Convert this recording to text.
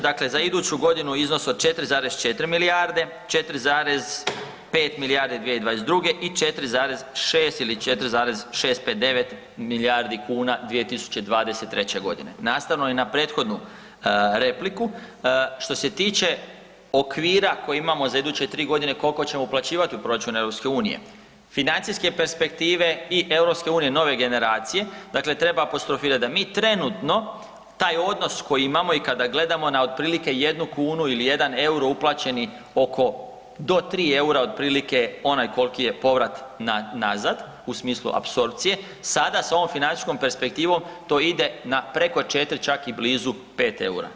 Dakle, za iduću godinu iznos od 4,4 milijarde, 4,5 2022. i 4,6 ili 4,659 milijardi kuna 2023.g. Nastavno i na prethodnu repliku, što se tiče okvira koji imamo za iduće tri godine koliko ćemo uplaćivati u proračun EU, financijske perspektive i „EU Nove generacije“ dakle treba apostrofirati da mi trenutno taj odnos koji imamo i kada gledamo na otprilike jednu kunu ili jedan euro uplaćeni oko do tri eura otprilike onaj koliki je povrat nazad u smislu apsorpcije, sada sa ovom financijskom perspektivom to ide na preko četiri čak i blizu pet eura.